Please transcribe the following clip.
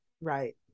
Right